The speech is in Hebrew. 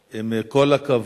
אדוני היושב-ראש, עם כל הכבוד